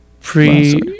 pre